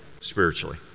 spiritually